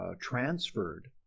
transferred